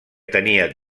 tenien